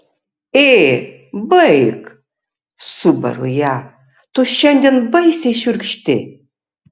ė baik subaru ją tu šiandien baisiai šiurkšti